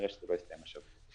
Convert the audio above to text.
אז כנראה שלא יסתיים השבוע.